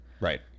Right